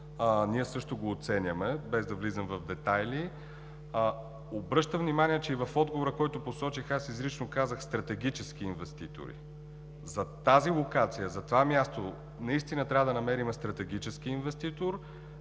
Ние също го оценяваме, без да влизам в детайли. Обръщам внимание, че и в отговора, който посочих, аз изрично казах „стратегически инвеститори“. За тази локация, за това място наистина трябва да намерим стратегически инвеститор,